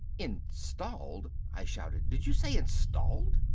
installed! i shouted. did you say installed?